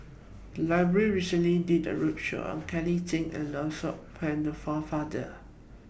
The Library recently did A roadshow on Kelly Tang and Lancelot Maurice Pennefather